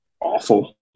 Awful